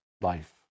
life